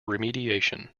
remediation